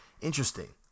interesting